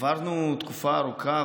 עברנו תקופה ארוכה,